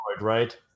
right